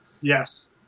Yes